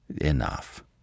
Enough